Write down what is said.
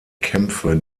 kämpfe